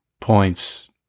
points